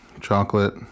chocolate